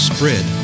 Spread